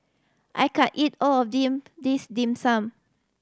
I can't eat all of this Dim Sum